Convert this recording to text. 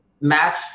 match